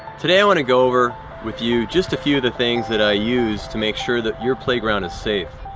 today i want to go over with you just a few of the things that i use to make sure that your playground is safe.